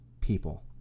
people